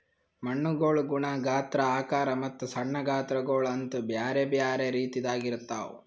ಮಣ್ಣುಗೊಳ್ ಗುಣ, ಗಾತ್ರ, ಆಕಾರ ಮತ್ತ ಸಣ್ಣ ಗಾತ್ರಗೊಳ್ ಅಂತ್ ಬ್ಯಾರೆ ಬ್ಯಾರೆ ರೀತಿದಾಗ್ ಇರ್ತಾವ್